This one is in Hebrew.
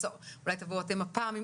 אולי תבואו אתם הפעם,